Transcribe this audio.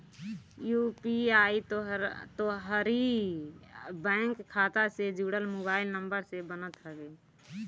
UPI तोहरी bank खाता से जुड़ल मोबाइल नंबर से बनत हवे